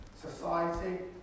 society